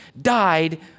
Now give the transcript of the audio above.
died